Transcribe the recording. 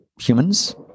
humans